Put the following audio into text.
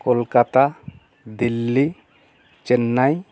Kolkata Delhi Chennai